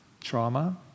trauma